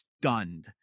stunned